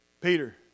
Peter